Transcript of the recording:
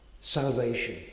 salvation